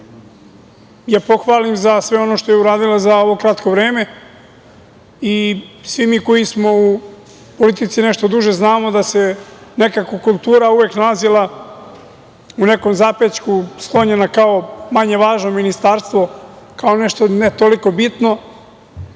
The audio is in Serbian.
je pohvalim za sve ono što je uradila za ovo kratko vreme. Svi mi koji smo u politici nešto duže znamo da se nekako kultura uvek nalazila u nekom zapećku, sklonjena kao manje važno ministarstvo, kao nešto ne toliko bitno.